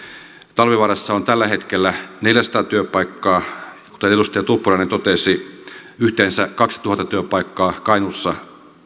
talvivaarassa on tällä hetkellä neljäsataa työpaikkaa ja kuten edustaja tuppurainen totesi yhteensä kaksituhatta työpaikkaa kainuussa